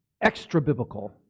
extra-biblical